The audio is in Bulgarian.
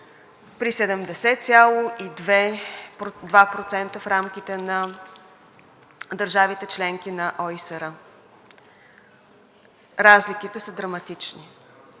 при 70,2% в рамките на държавите – членки на ОИСР, разликите са драматични.